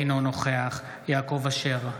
אינו נוכח יעקב אשר,